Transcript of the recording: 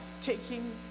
taking